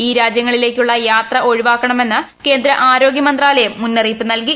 ഇൌ രാജ്യങ്ങളിലേക്കുള്ള യാത്ര ഒഴിവാക്കണമെന്ന് കേന്ദ്ര ആരോഗ്യമന്ത്രാലയം മുന്നറിയിപ്പ് നൽകി